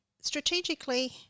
strategically